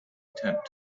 attempt